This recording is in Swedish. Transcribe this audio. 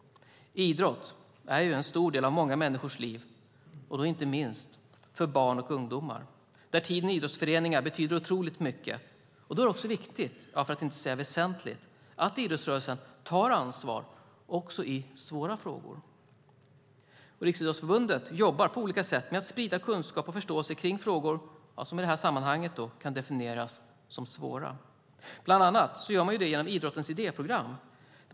Idrotten är viktig i många människors liv, inte minst för barn och ungdomar där tiden i idrottsföreningar betyder otroligt mycket. Då är det viktigt, för att inte säga väsentligt, att idrottsrörelsen tar ansvar också i svåra frågor. Riksidrottsförbundet jobbar på olika sätt med att sprida kunskap och förståelse kring frågor som i det här sammanhanget kan definieras som svåra. Bland annat gör man det genom idrottens idéprogram.